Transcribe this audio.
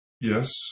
Yes